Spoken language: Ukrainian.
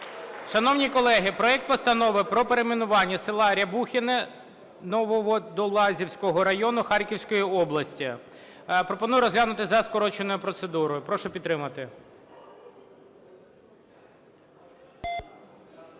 Шановні колеги, проект Постанови про перейменування села Рябухине Нововодолазького району Харківської області. Пропоную розглянути за скороченою процедурою. Прошу підтримати.